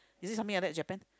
is it something like that Japan